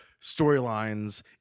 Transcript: storylines